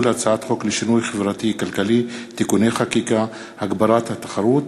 הצעת חוק לשינוי חברתי-כלכלי (תיקוני חקיקה) (הגברת התחרות),